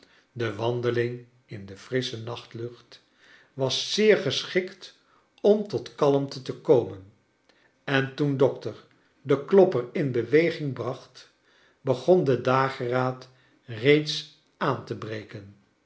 de wandeling in de frissche nachtlucht was zeer geschikt om tot kalmte te komen en toen dokter den klopper in be weging bra cht begon de dageraad reeds aan te breken